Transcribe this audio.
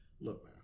Look